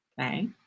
okay